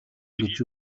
гэж